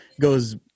goes